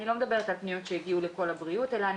אני לא מדברת על פניות שהגיעו לקול הבריאות אלא אני